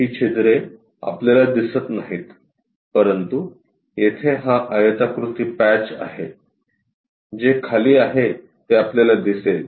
हि छिद्रे आपल्याला दिसत नाहीत परंतु येथे हा आयताकृती पॅच आहे जे खाली आहे ते आपल्याला दिसेल